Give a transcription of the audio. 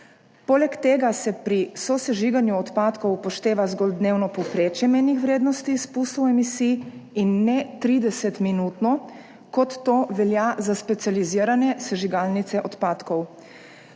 Poleg tega se pri sosežiganju odpadkov upošteva zgolj dnevno povprečje mejnih vrednosti izpustov emisij, in ne 30-minutno, kot to velja za specializirane sežigalnice odpadkov.